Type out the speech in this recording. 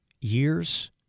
years